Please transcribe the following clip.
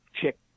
chick